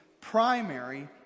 primary